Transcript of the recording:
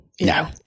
No